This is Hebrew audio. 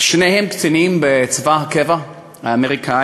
שניהם קצינים בצבא הקבע האמריקני,